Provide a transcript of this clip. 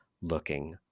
looking